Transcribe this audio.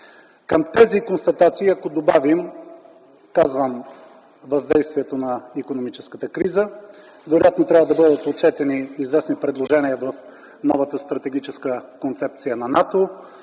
към тези констатации добавим въздействието на икономическата криза, вероятно трябва да бъдат отчетени известни предложения в новата стратегическа концепция на НАТО,